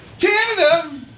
Canada